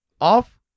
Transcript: off